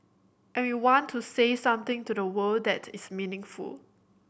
and we want to say something to the world that is meaningful